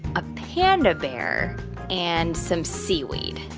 a panda bear and some seaweed?